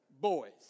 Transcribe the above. boys